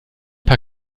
paar